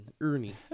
Ernie